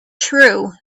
true